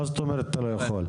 מה זאת אומרת שאתה לא יכול?